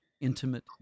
intimate